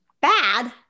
bad